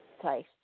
place